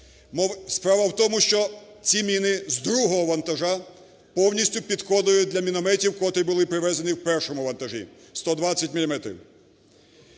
Справа в тому, що ці міни з другого вантажу повністю підходили для мінометів, котрі були привезені в першому вантажі, 120